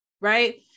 right